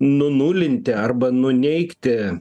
nunulinti arba nuneigti